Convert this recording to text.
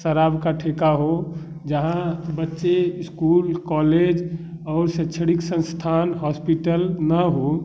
शराब का ठेका हो जहाँ बच्चे इस्कूल कॉलेज और शैक्षणिक संस्थान हॉस्पिटल ना हों